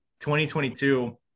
2022